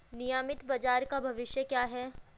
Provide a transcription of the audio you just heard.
नियमित बाजार का भविष्य क्या है?